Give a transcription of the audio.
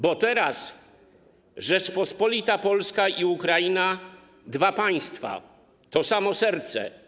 Bo teraz Rzeczypospolita Polska i Ukraina, dwa państwa, to samo serce.